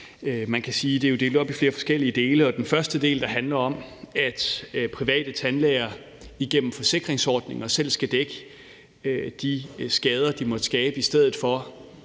Man kan jo sige, at det er delt op i flere forskellige dele, og den første del, der handler om, at private tandlæger gennem forsikringsordninger selv skal dække de skader, de måtte skabe, i stedet for